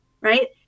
right